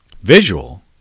Visual